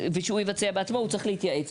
ושהוא יבצע בעצמו, הוא צריך להתייעץ.